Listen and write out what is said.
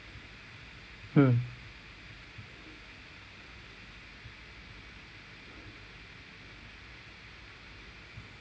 mm